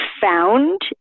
found